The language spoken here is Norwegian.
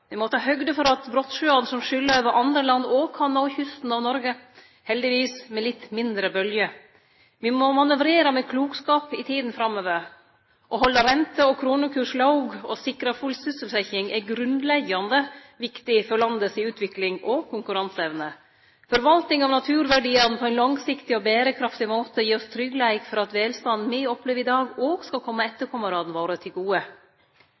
må ta høgd for at brottsjøane som skyl over andre land, òg kan nå kysten av Noreg – heldigvis med litt mindre bølgjer. Me må manøvrere med klokskap i tida framover. Å halde rente og kronekurs låg og sikre full sysselsetjing er grunnleggjande viktig for landet si utvikling og konkurranseevne. Forvalting av naturverdiane på ein langsiktig og berekraftig måte gir oss tryggleik for at velstanden me opplever i dag, òg skal kome etterkomarane våre til gode.